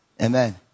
amen